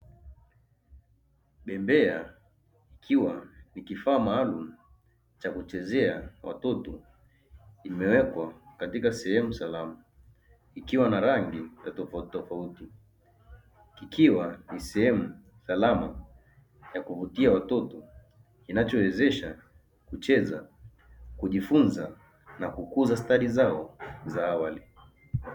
Bembea ikiwa kifaa maalumu cha kuchezea watoto ikiwa imewekwa katika sehemu salama ikiwa na rangi tofautitofauti ikiwa sehemu salama ya kuvutia watoto inayowezesha kucheza kujifunza na kukuza stadi zao za awali.